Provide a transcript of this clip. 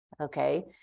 Okay